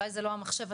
אולי זה לא המחשב עצמו.